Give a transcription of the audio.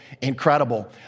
incredible